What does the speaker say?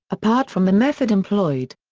apart from the method employed.